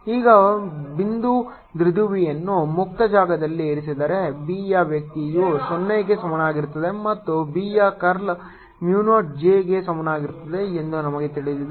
ಈಗ ಒಂದು ಬಿಂದು ದ್ವಿಧ್ರುವಿಯನ್ನು ಮುಕ್ತ ಜಾಗದಲ್ಲಿ ಇರಿಸಿದರೆ B ಯ ವ್ಯತ್ಯಯವು 0 ಕ್ಕೆ ಸಮಾನವಾಗಿರುತ್ತದೆ ಮತ್ತು B ಯ ಕರ್ಲ್ Mu 0 J ಗೆ ಸಮಾನವಾಗಿರುತ್ತದೆ ಎಂದು ನಮಗೆ ತಿಳಿದಿದೆ